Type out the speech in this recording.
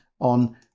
on